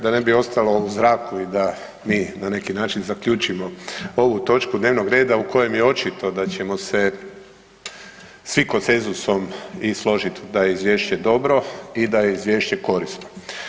Da ne bi ostalo u zraku i da mi na neki način zaključimo ovu točku dnevnog reda u kojem je očito da ćemo se svi konsenzusom i složiti da je izvješće dobro i da je izvješće korisno.